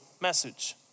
message